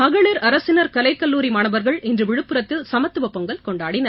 மகளிர் அரசினர் கலைக்கல்லூரி மாணவர்கள் இன்று விழுப்புரத்தில் சமத்துவ பொங்கல் கொண்டாடினர்